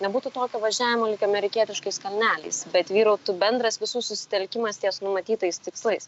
nebūtų tokio važiavimo lyg amerikietiškais kalneliais bet vyrautų bendras visų susitelkimas ties numatytais tikslais